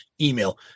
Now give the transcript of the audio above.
email